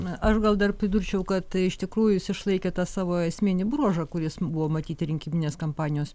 na aš gal dar pridurčiau kad iš tikrųjų jis išlaikė tą savo esminį bruožą kuris buvo matyti rinkiminės kampanijos